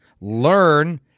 learn